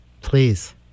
Please